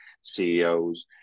CEOs